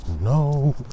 No